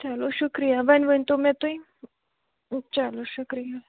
چلو شُکریہ وَنہِ ؤنتو مےٚ تُہۍ چَلو شُکریہ